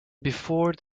before